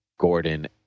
gordon